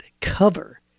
cover